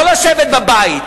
לא לשבת בבית,